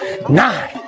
Nine